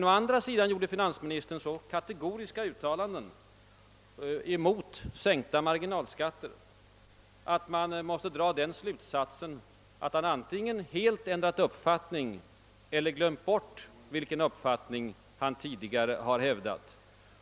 Å andra sidan gjorde finansministern så negativa kategoriska uttalanden mot en sänkning av marginalskatterna, att man måste dra slutsatsen att han antingen helt ändrat uppfattning eller glömt bort vilken uppfattning han tidigare har hävdat.